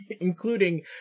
including